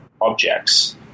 objects